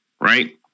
right